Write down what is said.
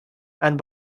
and